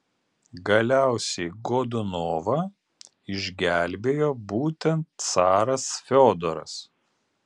galiausiai godunovą išgelbėjo būtent caras fiodoras